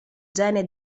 gene